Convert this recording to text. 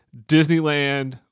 Disneyland